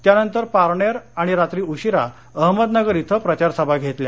त्यांनतर पारनेर आणि रात्री उशिरा अहमदनगर इथे प्रचार सभा घेतल्या